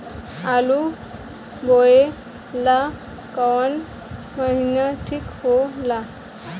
आलू बोए ला कवन महीना ठीक हो ला?